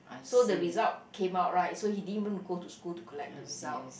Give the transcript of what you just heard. so the result came out right so he didn't even go to school to collect the result